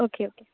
okay okay